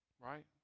Right